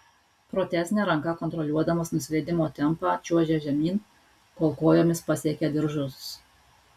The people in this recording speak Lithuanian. protezine ranka kontroliuodamas nusileidimo tempą čiuožė žemyn kol kojomis pasiekė diržus